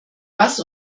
was